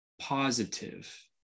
positive